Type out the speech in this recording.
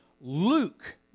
Luke